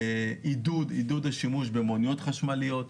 עידוד השימוש במוניות חשמליות,